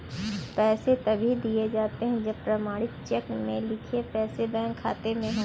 पैसे तभी दिए जाते है जब प्रमाणित चेक में लिखे पैसे बैंक खाते में हो